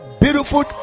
Beautiful